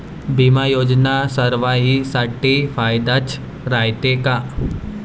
बिमा योजना सर्वाईसाठी फायद्याचं रायते का?